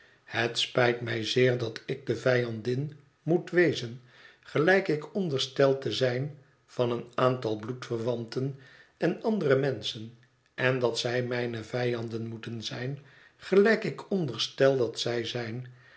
het spijt mij zeer dat ik de vijandin moet wezen gelijk ik onderstel te zijn van een aantal bloedverwanten en andere menschen en dat zij mijne vijanden moeten zijn gelijk ik onderstel dat zij zijn